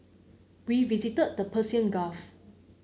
we visited the Persian Gulf